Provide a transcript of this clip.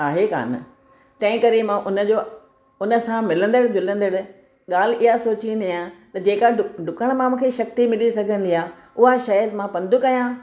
आहे कान तंहिं करे मां उनजो उनसां मिलंदड़ जुलंदड़ ॻाल्हि इहा सोचींदी आहियां जेका डुकण मां मूंखे शक्ति मिली सघंदी आहे उहा शायदि मां पंधु करियां